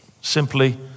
simply